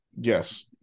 yes